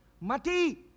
Mati